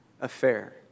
affair